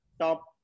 top